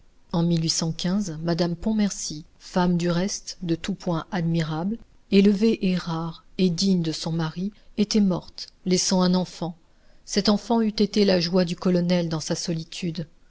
en madame pontmercy femme du reste de tout point admirable élevée et rare et digne de son mari était morte laissant un enfant cet enfant eût été la joie du colonel dans sa solitude